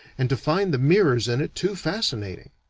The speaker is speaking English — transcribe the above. and to find the mirrors in it too fascinating.